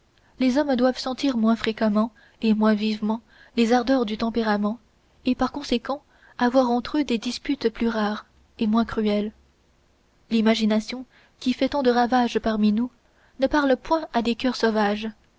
les hommes doivent sentir moins fréquemment et moins vivement les ardeurs du tempérament et par conséquent avoir entre eux des disputes plus rares et moins cruelles l'imagination qui fait tant de ravages parmi nous ne parle point à des coeurs sauvages